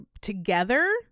together